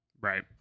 Right